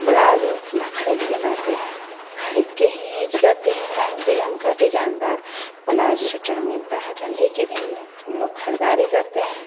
blouse अपना ख़रीदकर लाते हैं ख़रीदकर ही यूज करते हैं रंग बिरंगा डिजाईन दार वाला स्वीटर ठंडी के दिन में हम लोग ख़रीदारी करते हैं